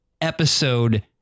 episode